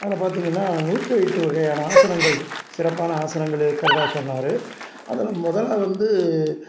அதில் பார்த்தீங்கன்னா நூற்றி எட்டு வகையான ஆசனங்கள் சிறப்பான ஆசனங்கள் இருக்கிறதா சொன்னார் அதில் முதலில் வந்து